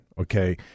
okay